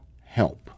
help